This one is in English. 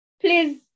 please